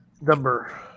number